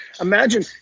Imagine –